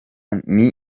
nti